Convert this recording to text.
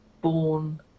born